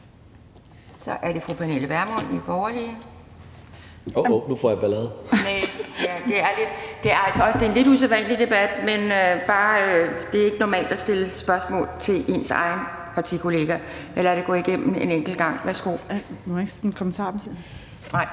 Så er det fru Pernille Vermund, Nye Borgerlige. Det er en lidt usædvanlig debat, og det er ikke normalt at stille spørgsmål til ens egen partikollega, men jeg lader det gå igennem en enkelt gang. Værsgo.